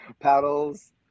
paddles